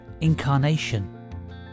incarnation